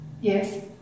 Yes